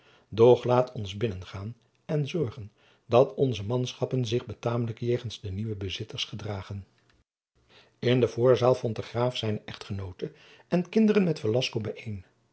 doch laat ons binnengaan en zorgen dat onze manschappen zich betamelijk jegens de nieuwe bezitters gedragen in de voorzaal vond de graaf zijne echtgenoote en kinderen met